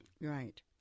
Right